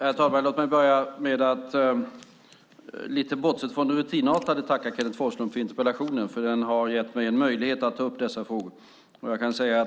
Herr talman! Låt mig börja med att lite bortsett från det rutinartade tacka Kenneth G Forslund för interpellationen, för den har gett mig en möjlighet att ta upp dessa frågor.